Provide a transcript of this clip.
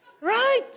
Right